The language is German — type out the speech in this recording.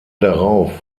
darauf